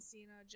Cena